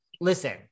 listen